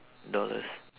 dollars